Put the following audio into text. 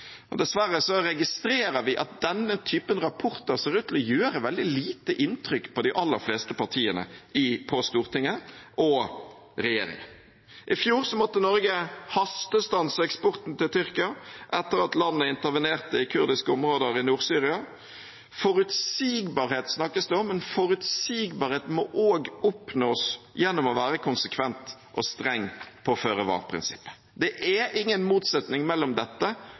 Dessverre registrerer vi at denne typen rapporter ser ut til å gjøre veldig lite inntrykk på de aller fleste partiene på Stortinget og regjeringen. I fjor måtte Norge hastestanse eksporten til Tyrkia etter at landet intervenerte i kurdiske områder i Nord-Syria. Forutsigbarhet snakkes det om, men forutsigbarhet må også oppnås gjennom å være konsekvent og streng på føre-var-prinsippet. Det er ingen motsetning mellom dette